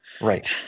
Right